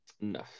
No